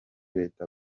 leta